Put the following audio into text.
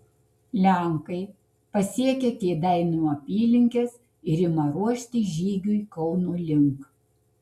lenkai pasiekia kėdainių apylinkes ir ima ruoštis žygiui kauno link